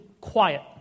quiet